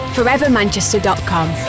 Forevermanchester.com